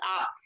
up